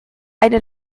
eine